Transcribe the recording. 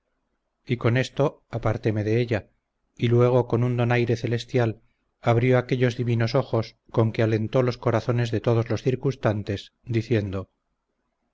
y con esto apartéme de ella y luego con un donaire celestial abrió aquellos divinos ojos con que alentó los corazones de todos los circunstantes diciendo